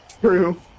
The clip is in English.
True